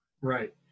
Right